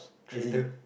traitor